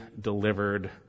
delivered